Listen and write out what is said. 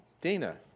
Dina